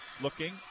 Looking